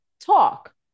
Talk